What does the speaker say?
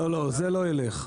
לא, זה לא ילך.